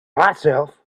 myself